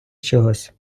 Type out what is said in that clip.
чогось